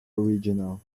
original